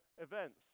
events